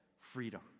freedom